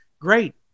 Great